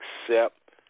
accept